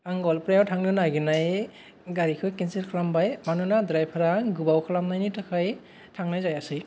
आं गवालपारायाव थांनो नागिरनाय गारिखौ केनसेल खालामबाय मानोना ड्रायभारा गोबाव खालामनायनि थाखाय थांनाय जायासै